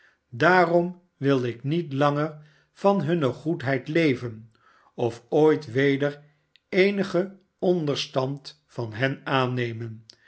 daarom wil ik niet langer van hunne goedheid leven of ooit weder eenigen onderstand van hen aannemen